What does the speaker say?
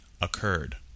occurred